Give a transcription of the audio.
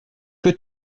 que